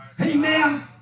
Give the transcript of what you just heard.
Amen